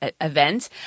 event